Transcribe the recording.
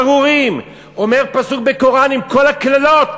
אתם ארורים, אומר פסוק בקוראן עם כל הקללות.